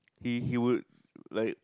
he he would like